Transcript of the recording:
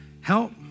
Help